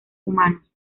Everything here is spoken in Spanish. humanos